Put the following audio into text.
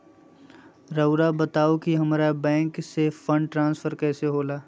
राउआ बताओ कि हामारा बैंक से फंड ट्रांसफर कैसे होला?